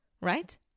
right